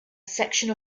section